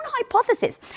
hypothesis